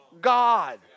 God